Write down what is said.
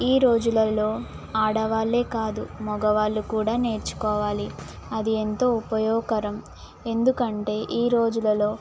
ఈ రోజులలో ఆడవాళ్ళే కాదు మగవాళ్ళు కూడా నేర్చుకోవాలి అది ఎంతో ఉపయోగకరం ఎందుకంటే ఈ రోజులలో